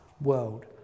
world